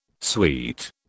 Sweet